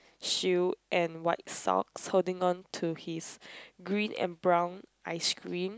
shoe and white sock holding onto his green and brown ice cream